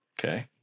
Okay